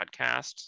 podcast